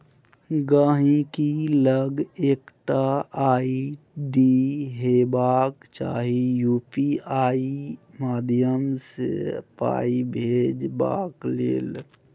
गांहिकी लग एकटा आइ.डी हेबाक चाही यु.पी.आइ माध्यमसँ पाइ भेजबाक लेल